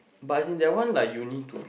but as in that one like you need to